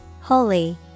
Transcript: holy